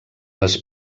les